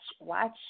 Watch